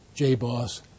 JBoss